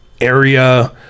area